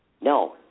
No